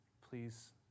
please